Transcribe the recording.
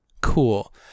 Cool